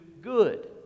good